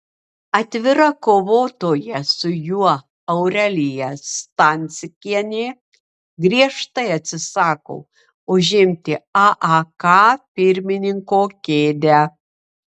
atvira kovotoja su juo aurelija stancikienė griežtai atsisako užimti aak pirmininko kėdę